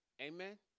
Amen